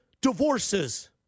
divorces